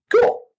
cool